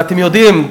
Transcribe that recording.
ואתם יודעים,